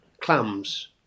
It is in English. clams